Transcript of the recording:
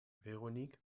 véronique